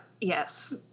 Yes